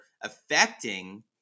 affecting